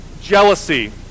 jealousy